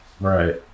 Right